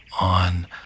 on